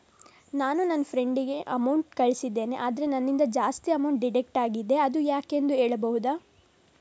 ನಾನು ನನ್ನ ಫ್ರೆಂಡ್ ಗೆ ಅಮೌಂಟ್ ಕಳ್ಸಿದ್ದೇನೆ ಆದ್ರೆ ನನ್ನಿಂದ ಜಾಸ್ತಿ ಅಮೌಂಟ್ ಡಿಡಕ್ಟ್ ಆಗಿದೆ ಅದು ಯಾಕೆಂದು ಹೇಳ್ಬಹುದಾ?